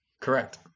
Correct